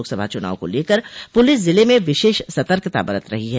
लोकसभा चुनाव को लेकर पुलिस जिले में विशेष सतर्कता बरत रही है